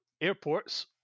airports